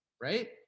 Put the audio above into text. right